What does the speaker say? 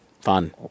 fun